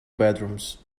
bedrooms